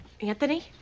Anthony